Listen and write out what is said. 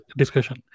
discussion